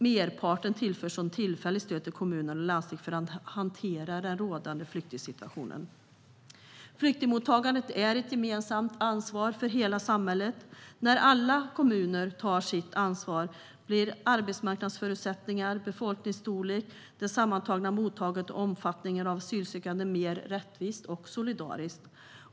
Merparten tillförs som tillfälligt stöd till kommuner och landsting för att hantera den rådande flyktingsituationen. Flyktingmottagandet är ett gemensamt ansvar för hela samhället. När alla kommuner tar sitt ansvar blir arbetsmarknadsförutsättningar, befolkningsstorlek, det sammantagna mottagandet och omfattningen av asylsökande mer rättvist och solidariskt.